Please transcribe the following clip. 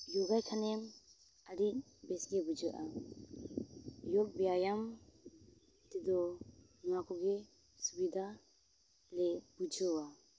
ᱡᱳᱜᱟᱭ ᱠᱷᱟᱱᱮᱢ ᱟᱹᱰᱤ ᱵᱮᱥ ᱜᱮ ᱵᱩᱡᱷᱟᱹᱜᱼᱟ ᱡᱳᱜᱽ ᱵᱮᱭᱟᱢ ᱛᱮᱫᱚ ᱱᱚᱣᱟ ᱠᱚᱜᱮ ᱥᱩᱵᱤᱫᱷᱟ ᱞᱮ ᱵᱩᱡᱷᱟᱹᱣᱟ